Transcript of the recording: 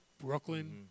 Brooklyn